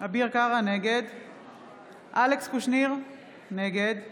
נגד אלכס קושניר, נגד